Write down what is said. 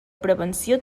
prevenció